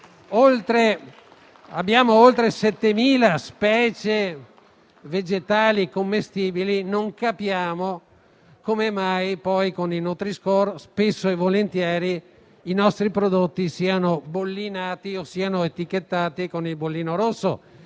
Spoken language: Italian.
abbiamo oltre 7.000 specie vegetali commestibili. Non capiamo pertanto come mai con il nutri-score spesso e volentieri i nostri prodotti siano etichettati con il bollino rosso.